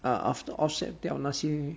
err after offset 掉那些